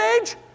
age